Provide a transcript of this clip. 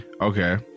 Okay